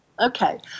Okay